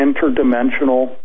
interdimensional